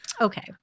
Okay